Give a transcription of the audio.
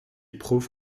prouve